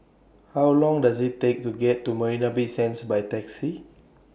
How Long Does IT Take to get to Marina Bay Sands By Taxi